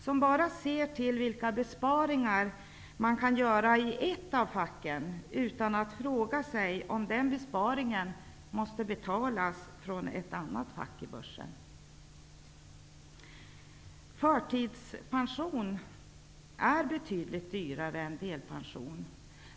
Man ser bara till vilka besparingar som kan göras i ett av facken utan att fråga sig om en besparing måste betalas med pengar från ett annat fack i börsen. Förtidspension är betydligt dyrare än delpension.